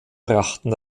brachten